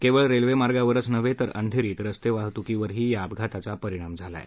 केवळ रेल्वेमार्गावरच नव्हे तर अंधेरीत रस्तेवाहतुकीवरही या अपघाताचा परिणाम झाला आहे